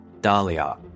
Dahlia